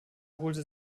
holte